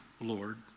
Lord